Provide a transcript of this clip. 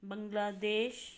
ਬੰਗਲਾ ਦੇਸ਼